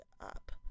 up